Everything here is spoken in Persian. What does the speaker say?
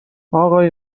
آقای